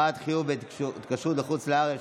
התראת חיוב בהתקשרות לחוץ לארץ),